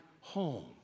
home